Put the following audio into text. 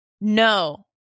No